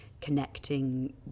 connecting